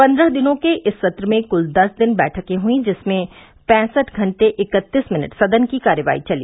पन्द्रह दिनों के इस सत्र में कुल दस दिन बैठकें हुईं जिसमें पैंसठ घंटे इक्तीस मिनट सदन की कार्यवाही चली